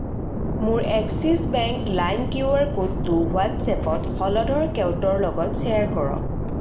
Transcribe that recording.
মোৰ Axis bank লাইম QR ক'ডটো হোৱাট্ছএপত হলধৰ কেওটৰ লগত শ্বেয়াৰ কৰক